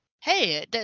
Hey